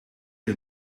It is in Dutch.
een